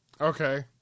okay